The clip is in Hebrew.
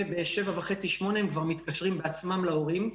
ובשבע וחצי, שומנה, הם כבר מתקשרים בעצמם להורים.